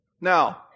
Now